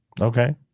okay